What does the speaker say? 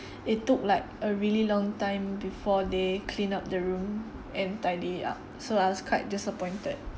it took like a really long time before they clean up the room and tidy up so I was quite disappointed